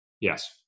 Yes